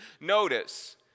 Notice